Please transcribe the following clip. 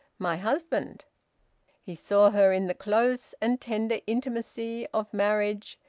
my husband he saw her in the close and tender intimacy of marriage,